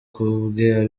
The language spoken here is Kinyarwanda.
kubwe